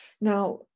Now